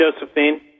Josephine